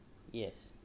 yes